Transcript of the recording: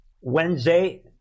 Wednesday